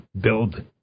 build